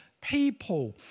people